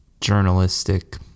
journalistic